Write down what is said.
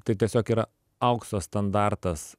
tai tiesiog yra aukso standartas